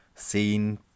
Seen